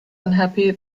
unhappy